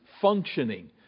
functioning